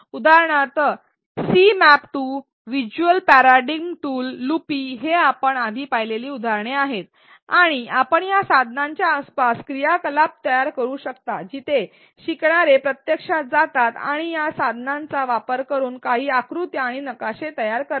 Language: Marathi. उदाहरणार्थ C map tool visual paradigm tool loopy हे आपण आधी पाहिलेले उदाहरण आहे आणि आपण या साधनांच्या आसपास क्रियाकलाप तयार करू शकता जिथे शिकणारे प्रत्यक्षात जातात आणि या साधनांचा वापर करून काही आकृत्या आणि नकाशे तयार करतात